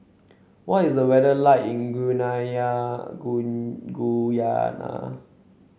what is the weather like in Guyana